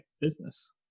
business